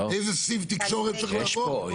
איזה סיב תקשורת צריך לעבור?